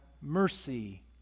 mercy